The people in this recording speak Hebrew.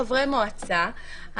חברי מועצה,